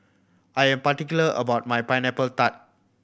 I am particular about my Pineapple Tart